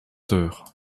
heures